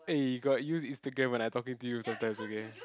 eh you got use Instagram when I talking to you sometimes okay